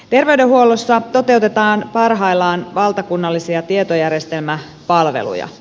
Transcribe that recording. terveydenhuollossa toteutetaan parhaillaan valtakunnallisia tietojärjestelmäpalveluja